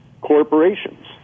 corporations